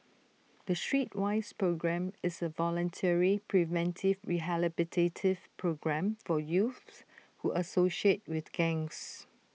the Streetwise programme is A voluntary preventive rehabilitative programme for youths who associate with gangs